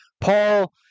Paul